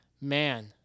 man